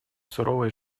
суровой